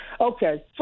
Okay